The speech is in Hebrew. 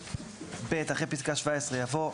אחרי פסקה (17) יבוא: